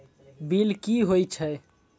Bill की हौए छै?